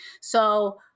So-